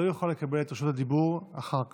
לא יוכל לקבל את רשות הדיבור אחר כך.